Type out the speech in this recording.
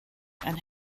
and